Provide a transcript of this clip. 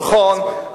נכון.